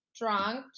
drunk